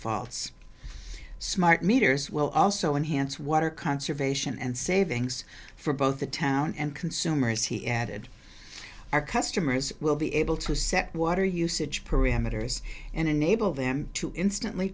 defaults smart meters will also enhance water conservation and savings for both the town and consumers he added our customers will be able to set water usage parameters and enable them to instantly